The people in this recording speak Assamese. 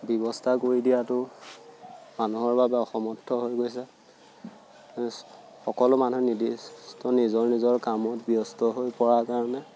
ব্যৱস্থা কৰি দিয়াতো মানুহৰ বাবে অসমৰ্থ হৈ গৈছে সকলো মানুহ নিৰ্দিষ্ট নিজৰ নিজৰ কামত ব্যস্ত হৈ পৰা কাৰণে